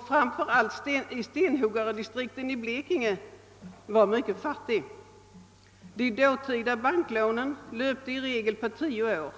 framför allt den i stenhuggardistrikten i Blekinge var mycket fattig. De dåtida banklånen löpte i regel på tio år.